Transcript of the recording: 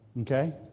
Okay